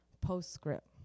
Postscript